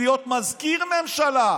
להיות מזכיר ממשלה,